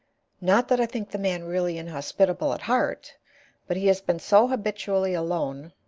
not that i think the man really inhospitable at heart but he has been so habitually alone,